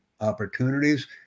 opportunities